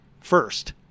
first